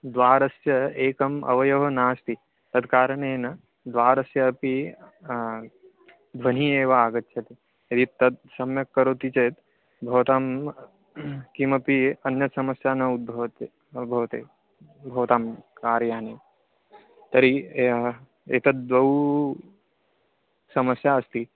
द्वारस्य एकम् अवयवः नास्ति तद्कारणेन द्वारस्यपि ध्वनिः एव आगच्छति यदि तद् सम्यक् करोति चेत् भवतां किमपि अन्यत् समस्या न उद्भवति भवतः भवतः कार्याने तर्हि एतद् द्वौ समस्या अस्ति